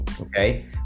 Okay